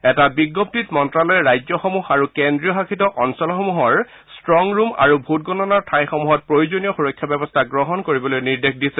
এটা বিজ্ঞপ্তিত মন্তালয়ে ৰাজ্যসমূহ আৰু কেন্দ্ৰীয়শাসিত অঞ্চলসমূহৰ ট্টংৰূম আৰু ভোটগণনাৰ ঠাইসমূহত প্ৰয়োজনীয় সুৰক্ষা ব্যৱস্থা গ্ৰহণ কৰিবলৈ নিৰ্দেশ দিছে